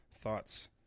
thoughts